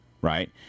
right